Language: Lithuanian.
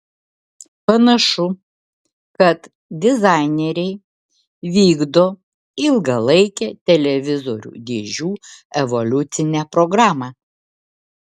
panašu kad dizaineriai vykdo ilgalaikę televizorių dėžių evoliucine programa